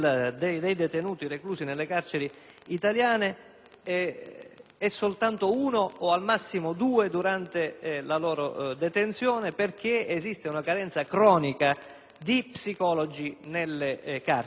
è soltanto uno o al massimo due durante la loro detenzione perché esiste una carenza cronica di psicologi nelle carceri. Paradosso aggravato dal fatto che un concorso appena